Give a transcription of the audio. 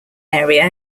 area